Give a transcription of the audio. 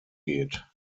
geht